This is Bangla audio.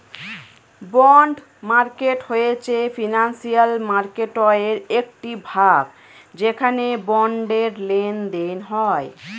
বন্ড মার্কেট হয়েছে ফিনান্সিয়াল মার্কেটয়ের একটি ভাগ যেখানে বন্ডের লেনদেন হয়